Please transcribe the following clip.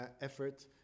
effort